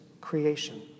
creation